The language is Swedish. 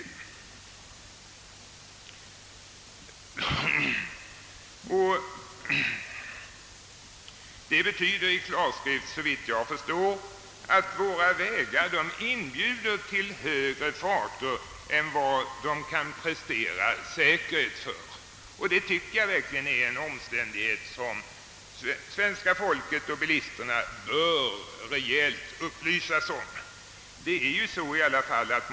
Det betyder i klarskrift att — såvitt jag förstår — våra vägar inbjuder till högre farter än vad de ur säkerhetssynpunkt är dimensionerade för. Jag tycker verkligen att detta är en omständighet som svenska folket och i synnerhet bilisterna bör få en rejäl upplysning om.